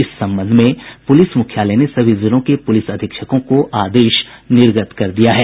इस संबंध में पुलिस मुख्यालय ने सभी जिलों के पुलिस अधीक्षकों को आदेश निर्गत किया है